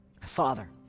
Father